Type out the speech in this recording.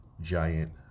giant